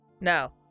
No